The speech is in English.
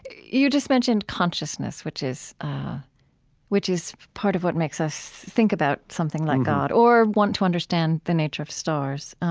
you just mentioned consciousness, which is which is part of what makes us think about something like god mm-hmm or want to understand the nature of stars.